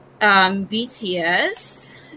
BTS